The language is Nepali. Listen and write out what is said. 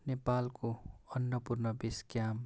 नेपालको अन्नापूर्ण बेस क्याम्प